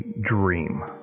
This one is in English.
dream